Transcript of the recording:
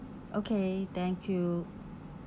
okay thank you